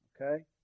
Okay